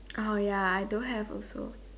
oh ya I don't have also